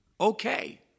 okay